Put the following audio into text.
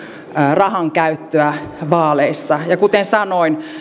rahankäyttöä vaaleissa ja kuten sanoin